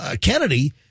Kennedy